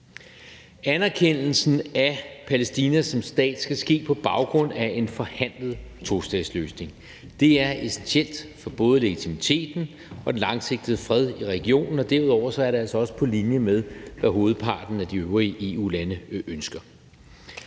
Anerkendelsen af Palæstina som stat skal ske på baggrund af en forhandlet tostatsløsning. Det er essentielt for både legitimiteten og den langsigtede fred i regionen, og derudover er det altså også på linje med, hvad hovedparten af de øvrige EU-lande ønsker.